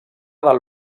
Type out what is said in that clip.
del